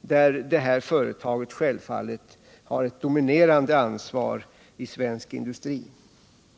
där företaget självfallet har ett dominerande ansvar i svensk industri.